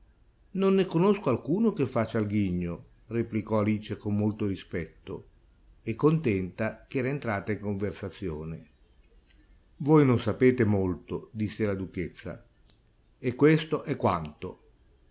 non ne conosco alcuno che faccia il ghigno replicò alice con molto rispetto e contenta ch'era entrata in conversazione voi non sapete molto disse la duchessa e questo è quanto